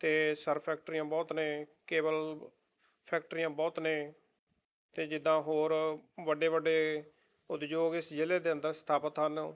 ਅਤੇ ਸਰਫ ਫੈਕਟਰੀਆਂ ਬਹੁਤ ਨੇ ਕੇਵਲ ਫੈਕਟਰੀਆਂ ਬਹੁਤ ਨੇ ਅਤੇ ਜਿੱਦਾਂ ਹੋਰ ਵੱਡੇ ਵੱਡੇ ਉਦਯੋਗ ਇਸ ਜ਼ਿਲ੍ਹੇ ਦੇ ਅੰਦਰ ਸਥਾਪਿਤ ਹਨ